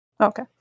Okay